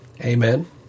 Amen